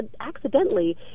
accidentally